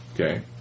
Okay